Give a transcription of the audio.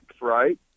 right